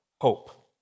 hope